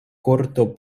korto